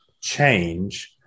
change